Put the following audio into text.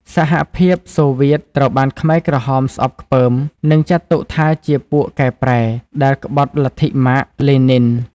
សហភាពសូវៀតត្រូវបានខ្មែរក្រហមស្អប់ខ្ពើម និងចាត់ទុកថាជា «ពួកកែប្រែ» ដែលក្បត់លទ្ធិម៉ាក្ស-លេនីន។